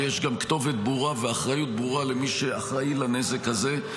ויש גם כתובת ברורה ואחריות ברורה למי שאחראי לנזק הזה,